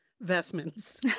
vestments